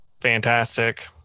fantastic